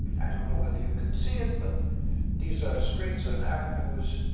i don't know whether you can see it, but these are streets and avenues,